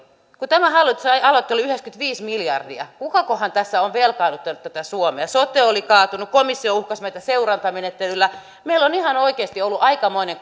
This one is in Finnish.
kun tämä hallitus aloitti oli yhdeksänkymmentäviisi miljardia kukakohan tässä on velkaannuttanut tätä suomea sote oli kaatunut komissio uhkasi meitä seurantamenettelyllä meillä on ihan oikeasti ollut aikamoinen